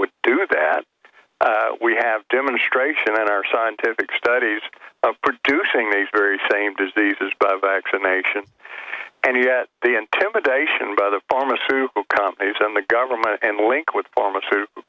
would do that we have demonstration in our scientific studies of producing these very same diseases by vaccination and yet the intimidation by the pharmaceutical companies and the government and link with pharmaceutical